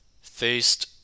faced